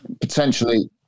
Potentially